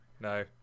No